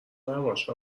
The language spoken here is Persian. نباش